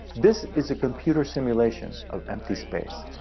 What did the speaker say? this is a computer simulation of empty space.